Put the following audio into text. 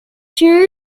souligne